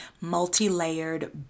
multi-layered